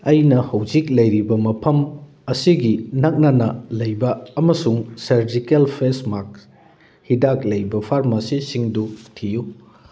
ꯑꯩꯅ ꯍꯧꯖꯤꯛ ꯂꯩꯔꯤꯕ ꯃꯐꯝ ꯑꯁꯤꯒꯤ ꯅꯛꯅꯅ ꯂꯩꯕ ꯑꯃꯁꯨꯡ ꯁꯔꯖꯤꯀꯦꯜ ꯐꯦꯁ ꯃꯥꯛꯁ ꯍꯤꯗꯥꯛ ꯂꯩꯕ ꯐꯥꯔꯃꯥꯁꯤꯁꯤꯡꯗꯨ ꯊꯤꯌꯨ